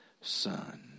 son